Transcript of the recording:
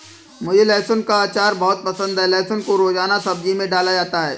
मुझे लहसुन का अचार बहुत पसंद है लहसुन को रोजाना सब्जी में डाला जाता है